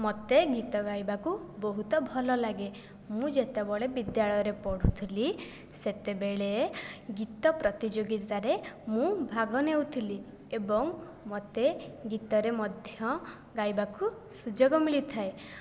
ମୋତେ ଗୀତ ଗାଇବାକୁ ବହୁତ ଭଲ ଲାଗେ ମୁଁ ଯେତେବେଳେ ବିଦ୍ୟାଳୟରେ ପଢ଼ୁଥିଲି ସେତେବେଳେ ଗୀତ ପ୍ରତିଯୋଗିତା ରେ ମୁଁ ଭାଗ ନେଉଥିଲି ଏବଂ ମତେ ଗୀତରେ ମଧ୍ୟ ଗାଇବାକୁ ସୁଯୋଗ ମିଳିଥାଏ